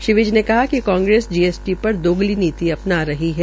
श्री विज ने कहा कि कांग्रेस जीएसटी पर दोगली नीति अपना रही है